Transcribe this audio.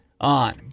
On